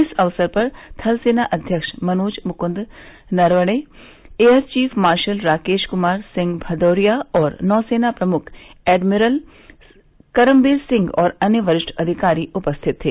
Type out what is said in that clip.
इस अवसर पर थलसेना अध्यक्ष Manoj Mukund Naravane air chief marshal Rakesh Kumar Singh Bhadauria और नौसेना प्रमुख एडमिरल करमबीर सिंह और अन्य वरिष्ठ अधिकारी उपस्थित थे